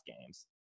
games